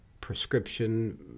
prescription